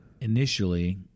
initially